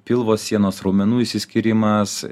pilvo sienos raumenų išsiskyrimas